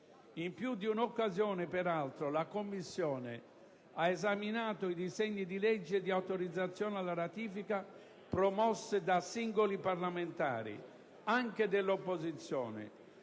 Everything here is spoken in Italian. In più di un'occasione, peraltro, la Commissione ha esaminato i disegni di legge di autorizzazione alla ratifica promossi da singoli parlamentari, anche dell'opposizione,